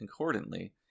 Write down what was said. concordantly